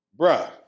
bruh